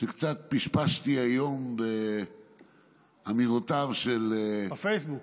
שקצת פשפשתי היום באמירותיו של, בפייסבוק.